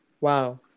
Wow